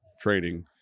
training